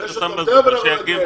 יש אותם בזום, אז שיגיבו.